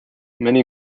many